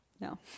No